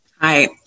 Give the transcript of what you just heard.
Hi